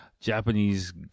Japanese